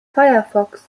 firefox